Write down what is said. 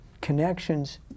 connections